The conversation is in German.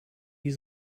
die